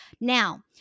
Now